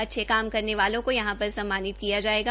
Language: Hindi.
अच्छे काम करने वालों का यहां पर सम्मानित किया जाएगा